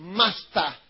master